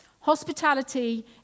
Hospitality